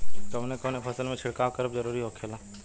कवने कवने फसल में छिड़काव करब जरूरी होखेला?